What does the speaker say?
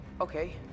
Okay